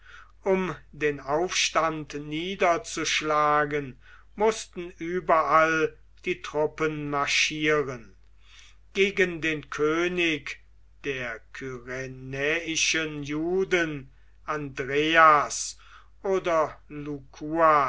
um den aufstand niederzuschlagen mußten überall die truppen marschieren gegen den könig der kyrenäischen juden andreas oder